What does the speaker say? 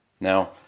Now